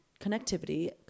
connectivity